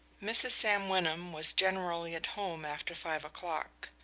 mrs. sam wyndham was generally at home after five o'clock.